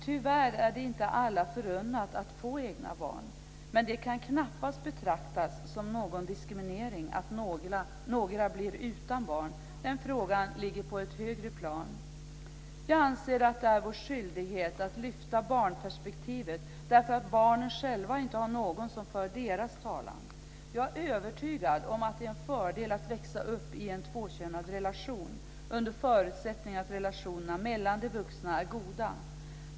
Tyvärr är det inte alla förunnat att få egna barn, men det kan knappast betraktas som någon diskriminering att några blir utan barn. Den frågan ligger på ett högre plan. Jag anser att det är vår skyldighet att lyfta fram barnperspektivet därför att barnen själva inte har någon som för deras talan. Jag är övertygad om att det är en fördel att växa upp i en tvåkönad relation, under förutsättning att relationerna mellan de vuxna är goda.